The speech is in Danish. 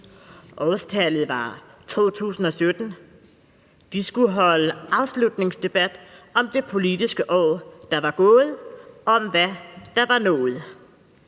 Årstallet var 2017. Det skulle holde afslutningsdebat om det politiske år, der var gået, og om hvad der var nået.